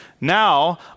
Now